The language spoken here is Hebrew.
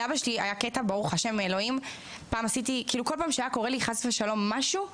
כל פעם שהיה קורה לי חס ושלום משהו,